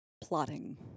plotting